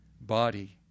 body